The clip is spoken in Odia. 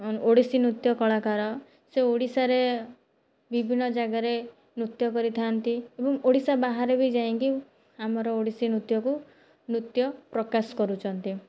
ଓଡ଼ିଶୀ ନୃତ୍ୟ କଳାକାର ସେ ଓଡ଼ିଶାରେ ବିଭିନ୍ନ ଜାଗାରେ ନୃତ୍ୟ କରିଥାନ୍ତି ଏବଂ ଓଡ଼ିଶା ବାହାରେ ବି ଯାଇଁକି ଆମର ଓଡ଼ିଶୀ ନୃତ୍ୟକୁ ନୃତ୍ୟ ପ୍ରକାଶ କରୁଛନ୍ତି